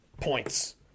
points